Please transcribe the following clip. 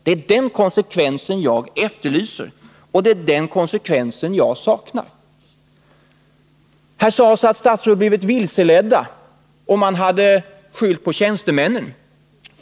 Det är den konsekvensen jag saknar och efterlyser. Här sades att statsråd blivit vilseledda och att man hade skyllt på tjänstemän.